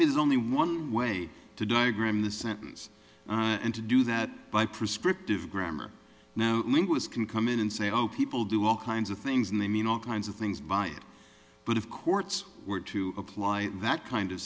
is only one way to diagram the sentence and to do that by prescriptive grammar now linguists can come in and say oh people do all kinds of things and they mean all kinds of things by it but of courts were to apply that kind of